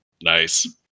nice